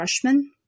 freshman